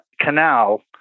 canal